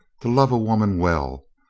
to love a woman well,